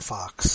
Fox